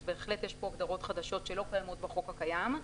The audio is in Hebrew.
אז בהחלט יש פה הגדרות חדשות שלא קיימות בחוק הקיים.